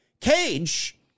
Cage